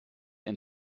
and